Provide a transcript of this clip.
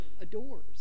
adores